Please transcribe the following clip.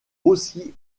aussi